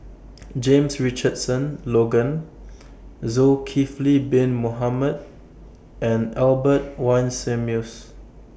James Richardson Logan Zulkifli Bin Mohamed and Albert Winsemius